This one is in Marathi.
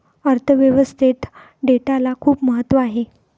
अर्थ व्यवस्थेत डेटाला खूप महत्त्व आहे